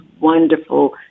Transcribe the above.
wonderful